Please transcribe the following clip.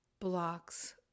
blocks